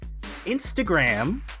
Instagram